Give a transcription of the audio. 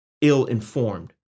ill-informed